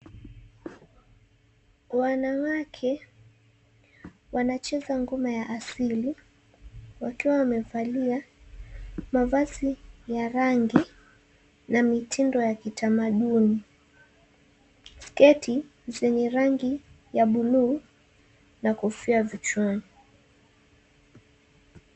Wanawake wanacheza ngoma ya asili wakiwa wamevalia mavazi ya rangi na mitindo ya kitamaduni, sketi zenye rangi ya buluu na kofia vichwani.